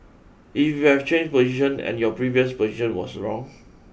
if we have changed position and your previous position was wrong